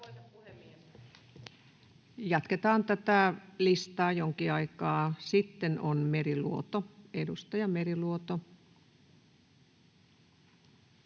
Jatketaan tätä listaa jonkin aikaa. — Sitten on edustaja Meriluoto.